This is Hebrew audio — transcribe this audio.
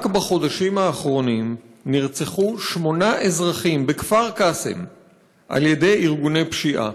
רק בחודשים האחרונים נרצחו שמונה אזרחים בכפר קאסם על ידי ארגוני פשיעה.